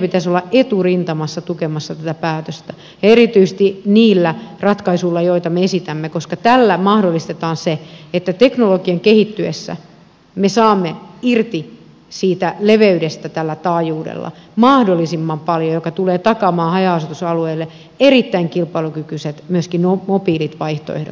pitäisi olla eturintamassa tukemassa tätä päätöstä ja erityisesti niillä ratkaisuilla joita me esitämme koska tällä mahdollistetaan se että teknologian kehittyessä me saamme irti siitä leveydestä tällä taajuudella mahdollisimman paljon mikä tulee takaamaan haja asutusalueille myöskin erittäin kilpailukykyiset mobiilit vaihtoehdot